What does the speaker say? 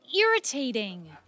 irritating